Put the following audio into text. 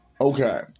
Okay